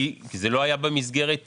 כי זה לא היה במסגרת אז.